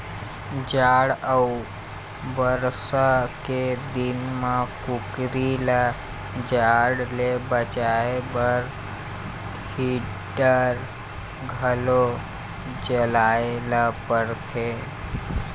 जाड़ अउ बरसा के दिन म कुकरी ल जाड़ ले बचाए बर हीटर घलो जलाए ल परथे